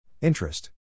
Interest